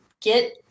get